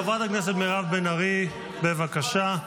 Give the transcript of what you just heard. חברת הכנסת מירב בן ארי, בבקשה.